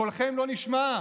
קולכם לא נשמע,